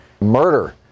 murder